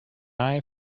eye